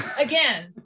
Again